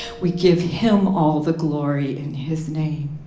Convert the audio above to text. we give him all the glory in his name